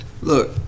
Look